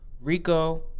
Rico